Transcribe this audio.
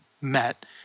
met